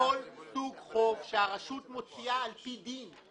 לכל סוג חוב שהרשות מוציאה על פי דין,